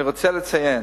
אני רוצה לציין